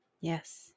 Yes